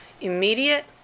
immediate